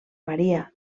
maria